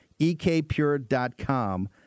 ekpure.com